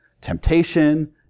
temptation